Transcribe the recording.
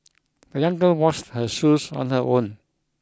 the young girl washed her shoes on her own